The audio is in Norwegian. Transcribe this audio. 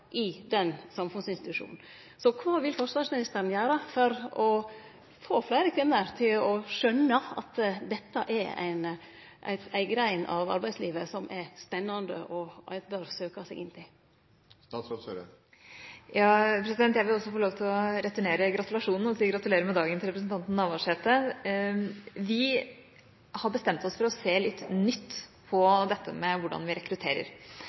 i den samfunnsinstitusjonen. Så kva vil forsvarsministeren gjere for å få fleire kvinner til å skjøne at dette er ei grein av arbeidslivet som er spennande, og som ein bør søkje seg til? Jeg vil også få lov til å returnere gratulasjonen og si gratulerer med dagen til representanten Navarsete. Vi har bestemt oss for å se litt nytt på dette med hvordan vi rekrutterer.